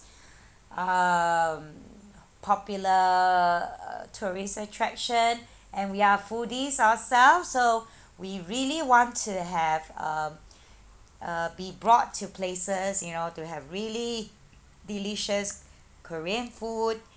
um popular tourist attraction and we are foodies ourselves so we really want to have um uh be brought to places you know to have really delicious korean food